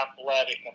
athletic